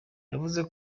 yavuze